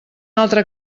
altre